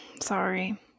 Sorry